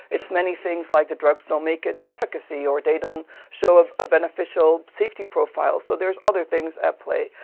it's many things like, the drugs don't make it in efficacy, or they don't show a beneficial safety profile. so there are other things at play.